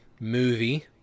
Movie